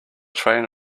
train